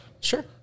Sure